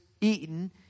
eaten